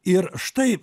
ir štai